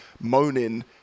moaning